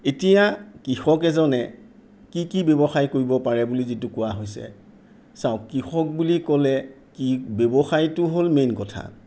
এতিয়া কৃষক এজনে কি কি ব্যৱসায় কৰিব পাৰে বুলি যিটো কোৱা হৈছে চাওক কৃষক বুলি ক'লে কি ব্যৱসায়টো হ'ল মেইন কথা